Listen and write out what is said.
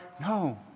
No